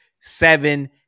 seven